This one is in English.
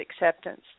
acceptance